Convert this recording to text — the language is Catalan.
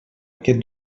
aquest